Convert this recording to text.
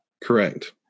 Correct